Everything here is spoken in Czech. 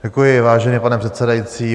Děkuji, vážený pane předsedající.